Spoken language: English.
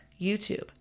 YouTube